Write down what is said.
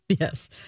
Yes